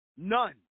none